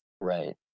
Right